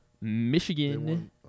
Michigan